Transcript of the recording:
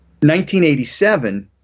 1987